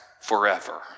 forever